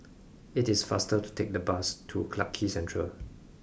it is faster to take the bus to Clarke Quay Central